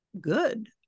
good